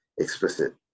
explicit